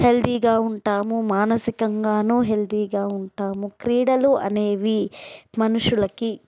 హెల్దిగా ఉంటాము మానసికంగానో హెల్దిగా ఉంటాము క్రీడలు అనేవి మనుషులకి